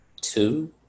two